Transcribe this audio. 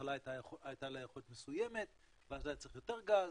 בהתחלה הייתה לה יכולת מסוימת ואז היה צריך יותר גז,